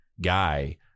guy